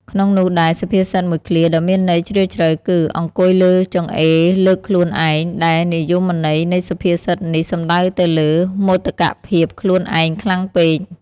ក្នុងនោះដែរ សុភាសិតមួយឃ្លាដ៏មានន័យជ្រាលជ្រៅគឺ អង្គុយលើចង្អេរ លើកខ្លួនឯង ដែលនិយមន័យនៃសុភាសិតនេះសំដៅទៅលើ មោទកភាពខ្លួនឯងខ្លាំងពេក ។